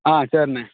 ஆ சரிண்ணே